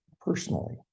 personally